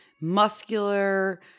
muscular